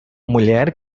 mulher